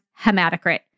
hematocrit